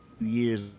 years